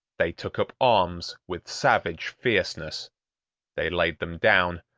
they took up arms with savage fierceness they laid them down,